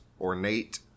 ornate